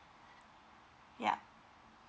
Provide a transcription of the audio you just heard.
ya